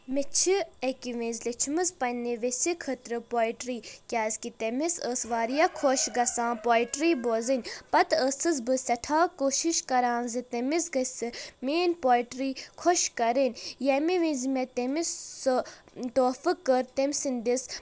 مےٚ چھ اَکہِ وِزِ لیچھمٕژ پننہِ ویٚسہِ خأطرٕ پویٹری کیٛازِ کہ تٔمِس أس واریاہ خۄش گژھان پویٹری بوزٕنۍ پتہٕ أسٕس بہٕ سٮ۪ٹھاہ کوٗشِش کران زِ تٔمِس گژھہِ میٛأنۍ پویٹری خۄش کرٕنۍ ییٚمہِ وِزِ مےٚ تٔمِس سُہ تحفہٕ کٔر تٔمۍ سٕنٛدِس